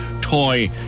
toy